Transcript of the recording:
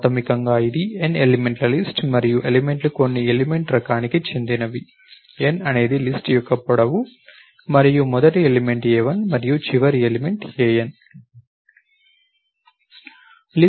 ప్రాథమికంగా ఇది n ఎలిమెంట్ల లిస్ట్ మరియు ఎలిమెంట్లు కొన్ని ఎలిమెంట్ రకానికి చెందినవి n అనేది లిస్ట్ యొక్క పొడవు మరియు మొదటి ఎలిమెంట్ a1 మరియు చివరి ఎలిమెంట్ an